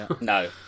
No